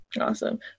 Awesome